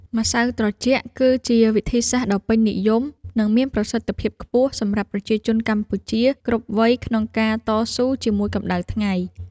ម្ស៉ៅត្រជាក់គឺជាវិធីសាស្ត្រដ៏ពេញនិយមនិងមានប្រសិទ្ធភាពខ្ពស់សម្រាប់ប្រជាជនកម្ពុជាគ្រប់វ័យក្នុងការតស៊ូជាមួយកម្តៅថ្ងៃ។